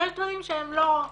ויש דברים שהם לא כסף.